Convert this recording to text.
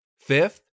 Fifth